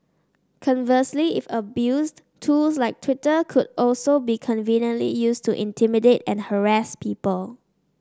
conversely if abused tools like Twitter could also be conveniently used to intimidate and harass people